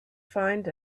find